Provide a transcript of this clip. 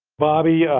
bobby,